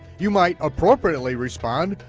you might appropriately respond,